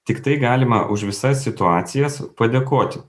tiktai galima už visas situacijas padėkoti